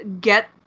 get